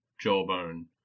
Jawbone